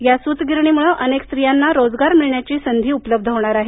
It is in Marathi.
या सूत गिरणीमुळं अनेक स्त्रियांना रोजगार मिळण्याची संधी उपलब्ध होणार आहे